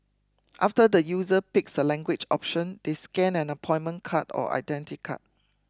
after the user picks a language option they scan an appointment card or identity card